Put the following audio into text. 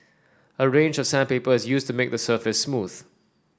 a range of sandpaper is used to make the surface smooth